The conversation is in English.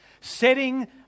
setting